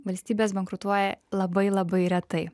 valstybės bankrutuoja labai labai retai